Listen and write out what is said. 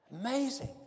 Amazing